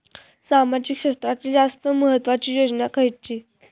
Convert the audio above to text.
सामाजिक क्षेत्रांतील जास्त महत्त्वाची योजना खयची?